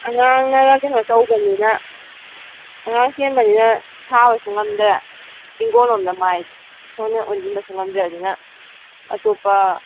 ꯑꯉꯥꯡꯅꯒ ꯀꯩꯅꯣ ꯇꯧꯕꯅꯤꯅ ꯑꯉꯥꯡ ꯆꯦꯟꯕꯅꯤꯅ ꯊꯥꯕꯁꯨ ꯉꯝꯗꯦ ꯏꯪꯒꯣꯟꯂꯣꯝꯗ ꯃꯥꯏ ꯏꯪꯒꯣꯟꯗ ꯑꯣꯟꯁꯤꯟꯕꯁꯨ ꯉꯝꯗ꯭ꯔꯦ ꯑꯗꯅ ꯑꯇꯣꯞꯄ